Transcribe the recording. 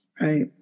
Right